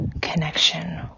connection